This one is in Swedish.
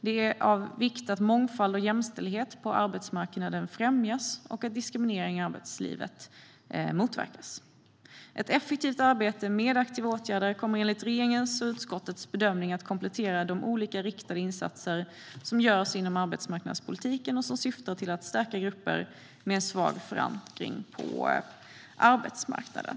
Det är av vikt att mångfald och jämställdhet på arbetsmarknaden främjas och att diskriminering i arbetslivet motverkas. Ett effektivt arbete med aktiva åtgärder kommer enligt regeringens och utskottets bedömning att komplettera de olika riktade insatser som görs inom arbetsmarknadspolitiken och som syftar till att stärka grupper med en svag förankring på arbetsmarknaden.